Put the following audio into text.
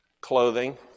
clothing